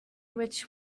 which